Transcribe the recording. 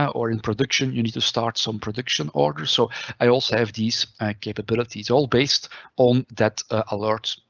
um or in production, you need to start some production order. so i also have these capabilities all based on that alert,